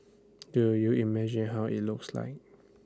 do you imagine how IT looks like